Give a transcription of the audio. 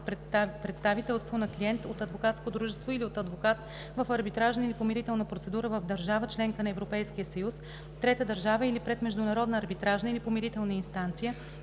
представителство на клиент от адвокатско дружество или от адвокат в арбитражна или помирителна процедура в държава – членка на Европейския съюз, трета държава или пред международна арбитражна или помирителна инстанция,